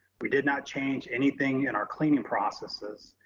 we did not change anything in our cleaning processes.